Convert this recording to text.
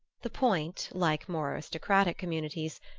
the point, like more aristocratic communities,